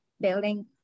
building